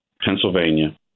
Pennsylvania